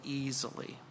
easily